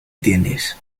tienes